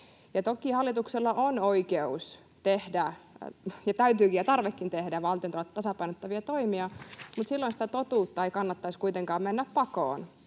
toki hallituksella on oikeus tehdä ja täytyykin ja tarvekin tehdä valtiontaloutta tasapainottavia toimia, mutta silloin sitä totuutta ei kannattaisi kuitenkaan mennä pakoon,